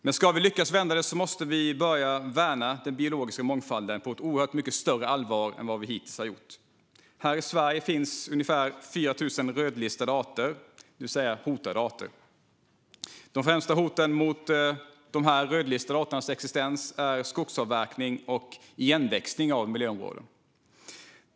Men om vi ska lyckas vända måste vi börja värna den biologiska mångfalden med ett oerhört mycket större allvar än vad vi hittills har gjort. Här i Sverige finns ungefär 4 000 rödlistade arter, det vill säga hotade arter. De främsta hoten mot de rödlistade arternas existens är skogsavverkning och igenväxning av miljöområden.